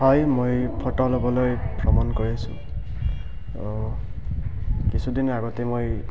হয় মই ফটো ল'বলৈ ভ্ৰমণ কৰি আছোঁ কিছুদিন আগতে মই